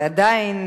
ועדיין,